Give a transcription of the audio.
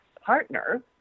partner